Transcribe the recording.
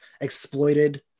exploited